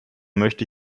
möchte